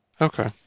Okay